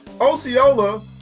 Osceola